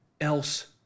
else